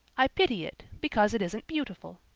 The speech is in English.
i pity it because it isn't beautiful.